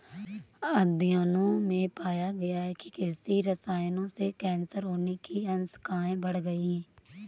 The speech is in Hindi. अध्ययनों में पाया गया है कि कृषि रसायनों से कैंसर होने की आशंकाएं बढ़ गई